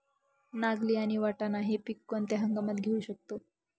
नागली आणि वाटाणा हि पिके कोणत्या हंगामात घेऊ शकतो?